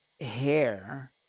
hair